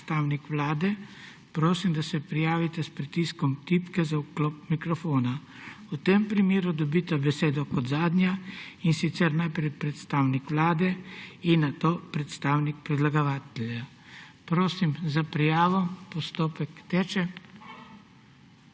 predstavnik Vlade, prosim, da se prijavite s pritiskom tipke za vklop mikrofona. V tem primeru dobita besedo kot zadnja, in sicer najprej predstavnik Vlade in nato predstavnik predlagatelja. Prosim za prijavo. Postopek teče.